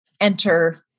enter